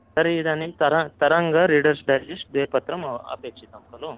तर्हि इदानीं तर तरङ्ग रीडर्स् इैजस्ट् द्वे पत्रम् आ अपेक्षितं खलु